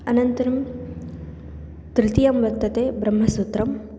अनन्तरं तृतीयं वर्तते ब्रह्मसूत्रं